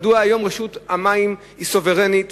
מדוע היום רשות המים היא סוברנית